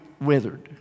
withered